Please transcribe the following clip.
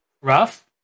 rough